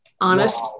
honest